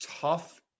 tough